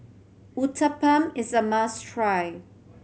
uthapam is a must try